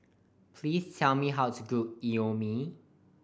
please tell me how to cook Imoni